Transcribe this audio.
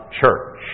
church